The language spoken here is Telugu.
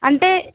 అంటే